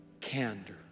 candor